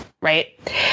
Right